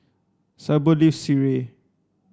Syble lives Sireh